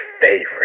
favorite